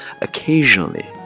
Occasionally